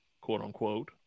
quote-unquote